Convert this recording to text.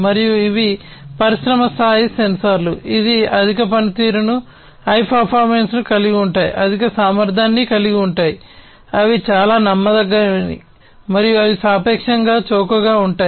మరియు ఇవి పరిశ్రమ స్థాయి